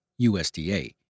USDA